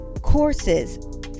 courses